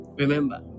remember